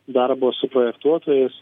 darbo su projektuotojais